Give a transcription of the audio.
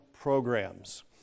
programs